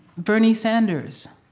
bernie sanders,